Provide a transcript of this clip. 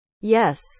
Yes